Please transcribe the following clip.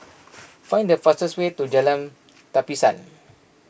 find the fastest way to Jalan Tapisan